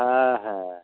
হ্যাঁ হ্যাঁ